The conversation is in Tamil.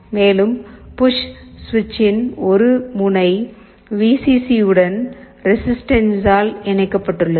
மேலும் புஷ் சுவிட்சின் ஒரு முனை விசிசி உடன் ரெசிஸ்டன்சால் இணைக்கப்பட்டுள்ளது